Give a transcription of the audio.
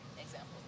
Example